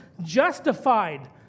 justified